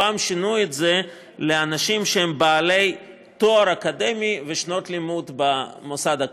הפעם שינו את זה לאנשים שהם בעלי תואר אקדמי ושנות לימוד במוסד אקדמי.